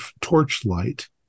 torchlight